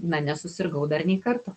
na nesusirgau dar nei karto